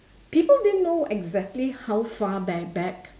people didn't know exactly how far bare back